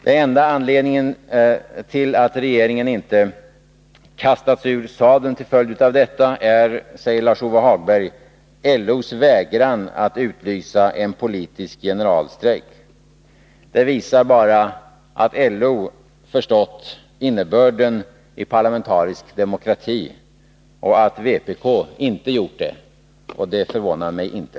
Den enda anledningen till att regeringen inte har kastats ur sadeln till följd av detta förslag är, säger Lars-Ove Hagberg, LO:s vägran att utlysa en politisk generalstrejk. Det visar bara att LO har förstått innebörden i parlamentarisk demokrati och att vpk inte har gjort det. Och det förvånar mig inte.